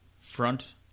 Front